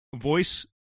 voice